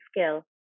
skill